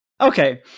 Okay